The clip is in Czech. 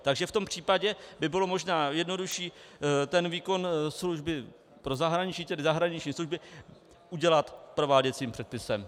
Takže v tom případě by bylo možná jednodušší ten výkon služby pro zahraničí, tedy zahraniční služby, udělat prováděcím předpisem.